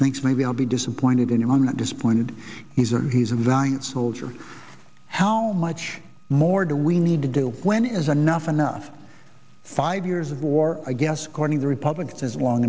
thinks maybe i'll be disappointed in him and disappointed he's a he's a design soldier how much more do we need to do when is enough enough five years of war i guess according to republics is long